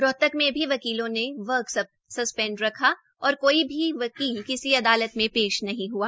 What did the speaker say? रोहतक में भी वकीलों ने वर्क स्स्पैंड रखा और कोई भी वकील किसी अदातत में पेश नहीं हुआ